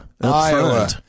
iowa